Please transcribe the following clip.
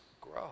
grow